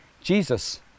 Jesus